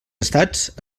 estats